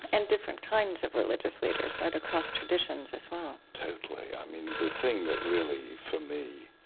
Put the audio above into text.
and different kinds of religious leaders, right, across traditions, as well? totally. i mean, the thing that really, for me,